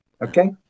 Okay